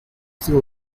sea